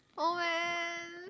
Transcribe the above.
oh man